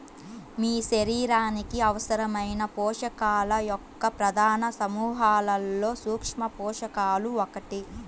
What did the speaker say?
మీ శరీరానికి అవసరమైన పోషకాల యొక్క ప్రధాన సమూహాలలో సూక్ష్మపోషకాలు ఒకటి